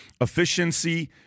efficiency